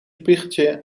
spiegeltje